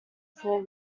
four